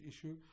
issue